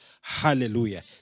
hallelujah